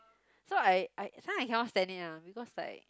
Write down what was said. so I I sometime I cannot stand it ah because like